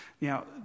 Now